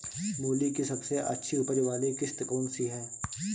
मूली की सबसे अच्छी उपज वाली किश्त कौन सी है?